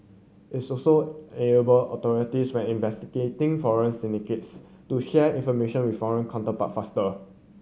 it's also enable authorities when investigating foreign syndicates to share information with foreign counterparts faster